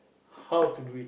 how to do it